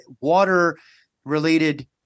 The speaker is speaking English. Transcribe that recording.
water-related